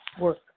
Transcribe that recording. work